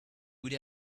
would